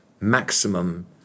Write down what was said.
maximum